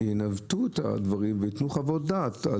שינווטו את הדברים וייתנו חוות דעת.